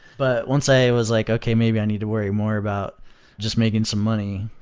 but once i was like, okay. maybe i need to worry more about just making some money.